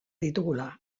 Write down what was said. ditugula